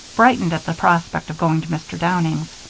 brightened at the prospect of going to mr. downing's.